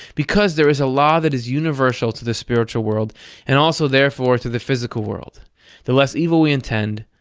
because there is a law that is universal to the spiritual world and also therefore to the physical world the less evil we intend,